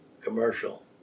commercial